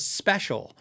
special